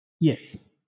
Yes